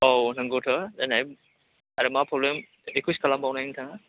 औ नोंगौथ' देनाय आरो मा प्रब्लेम रिकुयेस्ट खालामबावनाय नोथाङा